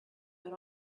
but